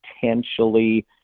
potentially